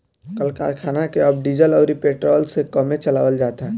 कल करखना के अब डीजल अउरी पेट्रोल से कमे चलावल जाता